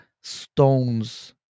stones